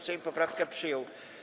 Sejm poprawkę przyjął.